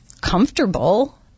comfortable